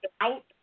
out